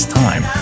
time